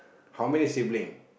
how many sibling